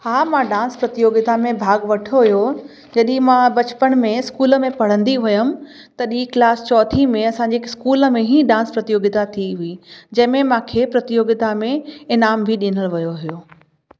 हा मां डांस प्रतियोगिता में भाॻु वठो हुयो जॾहिं मां बचपन में स्कूल में पढ़ंदी हुयमि तॾहिं क्लास चोथी में असांजे स्कूल में ई डांस प्रतियोगिता थी हुई जंहिं में मूंखे प्रतियोगिता में इनाम बि ॾिनल वियो हुयो